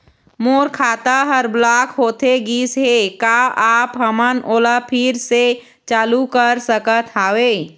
मोर खाता हर ब्लॉक होथे गिस हे, का आप हमन ओला फिर से चालू कर सकत हावे?